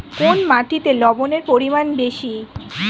কোন মাটিতে লবণের পরিমাণ বেশি?